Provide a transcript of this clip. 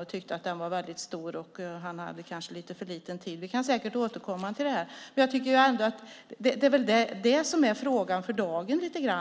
Han tyckte att den var väldigt stor och att han hade för lite tid. Men vi kan säkert återkomma till detta. Jag tycker ändå att detta är frågan för dagen